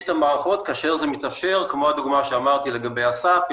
את המערכות כאשר זה מתאפשר כמו הדוגמה שאמרתי לגבי הסאפ,